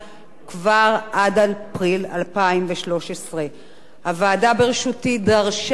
עד אפריל 2013. הוועדה בראשותי דרשה ואף